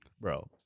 bro